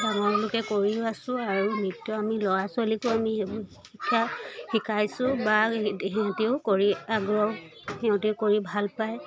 ডাঙৰলৈকে কৰিও আছোঁ আৰু নৃত্য আমি ল'ৰা ছোৱালীকো আমি সেই শিক্ষা শিকাইছোঁ বা সিহঁতিও কৰি আগ্ৰহ সিহঁতেও কৰি ভাল পায়